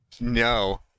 no